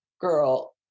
girl